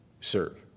serve